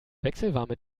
wechselwarme